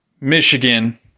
Michigan